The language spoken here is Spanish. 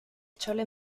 chole